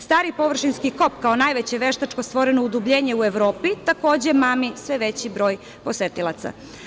Stari površinski kop, kao najveće veštačko stvoreno udubljenje u Evropi, takođe mami sve veći broj posetilaca.